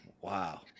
Wow